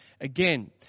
again